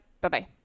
Bye-bye